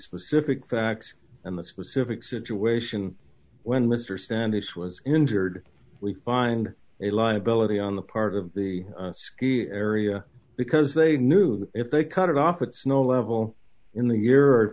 specific facts and the specific situation when mr standish was injured we find a liability on the part of the ski area because they knew that if they cut it off it's no level in the year or